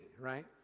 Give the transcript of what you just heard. right